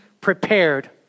prepared